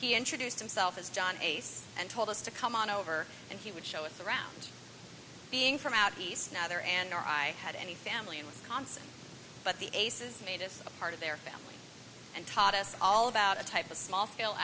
he introduced himself as john ace and told us to come on over and he would show us the round being from out east now there and our i had any family in wisconsin but the aces made us a part of their family and taught us all about a type of small scale